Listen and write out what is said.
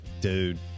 Dude